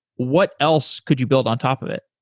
what else could you build on top of it?